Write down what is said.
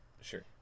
Sure